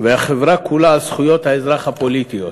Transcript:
והחברה כולה על זכויות האזרח הפוליטיות",